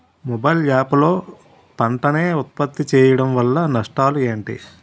Mobile app లో పంట నే ఉప్పత్తి చేయడం వల్ల నష్టాలు ఏంటి?